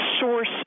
source